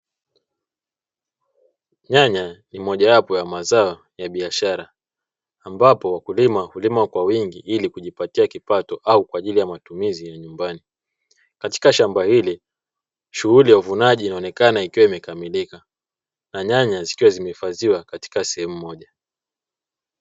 Nyanya ni mojawapo ya mazao ya biashara ambapo wakulima hulima kwa wingi ili kujipatia kipato au kwa ajili ya matumizi ya nyumbani, katika shamba hili shughuli ya uvunaji inaonekana ikiwa imekamilika na nyanya zikiwa zimehifadhiwa katika sehemu moja.